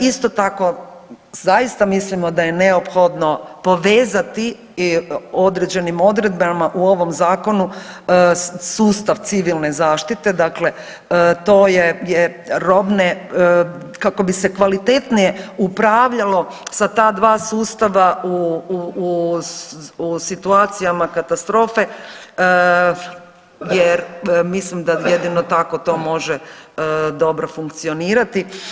Isto tako, zaista mislimo da je neophodno povezati određenim odredbama u ovom zakonu sustav Civilne zaštite, dakle to je robne, kako bi se kvalitetnije upravljalo sa ta dva sustava u situacijama katastrofe jer mislim da jedino tako to može dobro funkcionirati.